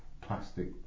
plastic